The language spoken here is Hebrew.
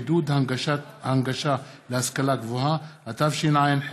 עידוד הנגשה להשכלה גבוהה), התשע"ח